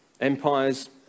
Empires